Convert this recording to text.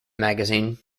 magazine